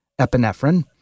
epinephrine